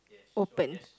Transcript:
open